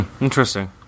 Interesting